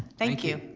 thank you.